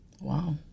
Wow